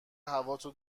هواتو